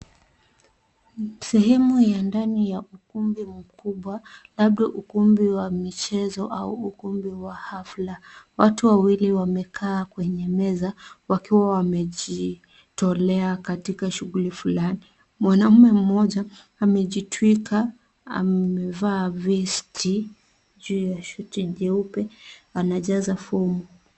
Ni sehemu ya ndani ya ukumbi mkubwa labda ukumbi wa michezo au ukumbi wa hafla. Watu wawili wamekaa kwenye meza wakiwa wamejitolea katika shughuli fulani. Mwanaume mmoja amejitwika, amevaa vest juu ya shati jeupe, anajaza fomu.